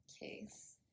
case